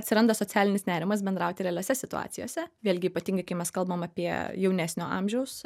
atsiranda socialinis nerimas bendrauti realiose situacijose vėlgi ypatingai kai mes kalbam apie jaunesnio amžiaus